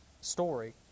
story